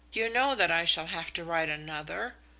you know that i shall have to write another.